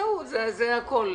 זה הכול.